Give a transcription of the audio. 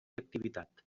activitat